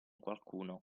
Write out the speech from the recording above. qualcuno